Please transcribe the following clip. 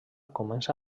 comença